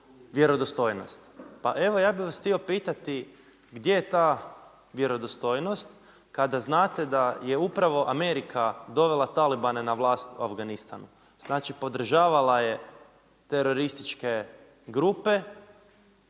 vjerodostojnost. Pa evo ja bih vas htio pitati gdje je ta vjerodostojnost kada znate da je upravo Amerika dovela talibane na vlast u Afganistanu, znači podržavala je terorističke grupe.